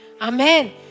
amen